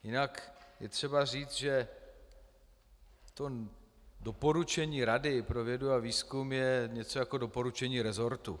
Jinak je třeba říct, že to doporučení Rady pro vědu a výzkum je něco jako doporučení resortu.